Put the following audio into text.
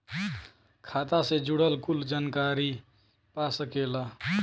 खाता से जुड़ल कुल जानकारी पा सकेला